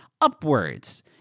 upwards